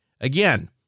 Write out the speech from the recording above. Again